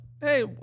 Hey